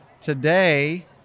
Today